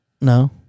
No